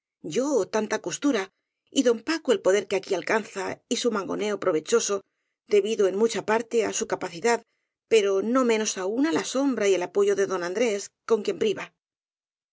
yo tanta costura y don paco el poder que aquí al canza y su mangoneo provechoso debido en mu cha parte á su capacidad pero no menos aún á la sombra y al apoyo de don andrés con quien priva